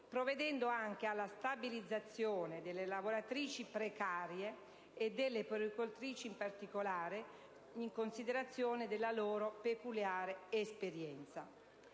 provvedendo anche alla stabilizzazione delle lavoratrici precarie e delle puericultrici in particolare, in considerazione della loro peculiare esperienza.